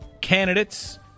candidates